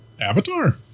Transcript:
Avatar